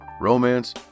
romance